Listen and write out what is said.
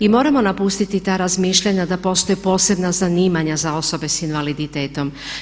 I moramo napustiti ta razmišljanja da postoje posebna zanimanja za osobe sa invaliditetom.